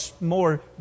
more